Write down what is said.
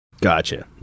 Gotcha